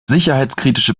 sicherheitskritische